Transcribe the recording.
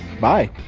Bye